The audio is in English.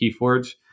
Keyforge